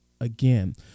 again